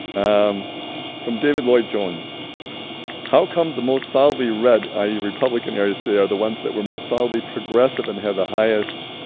um from david lloyd jones how come the most solidly read i e republican areas today are the ones that were most solidly progressive and had the highest?